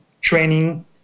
training